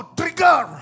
trigger